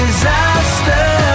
Disaster